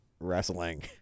wrestling